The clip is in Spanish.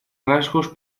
rasgos